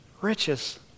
riches